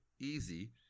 easy